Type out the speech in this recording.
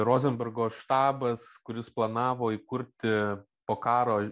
rozenbergo štabas kuris planavo įkurti po karo